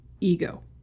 ego